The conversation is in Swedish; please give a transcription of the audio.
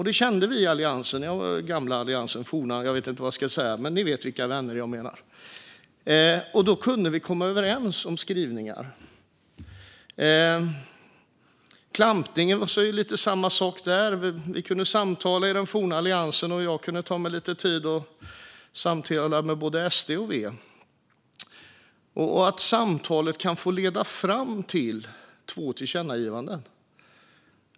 Det kände vi i den gamla, eller forna, Alliansen - jag vet inte vad jag ska säga, men ni vet vilka vänner jag menar - att vi kunde göra. Vi kunde komma överens om skrivningar. Det var lite samma sak med klampningen. Vi i den forna Alliansen kunde samtala, och jag kunde ta mig lite tid att samtala med både SD och V. Samtalet ledde fram till två tillkännagivanden.